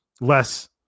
less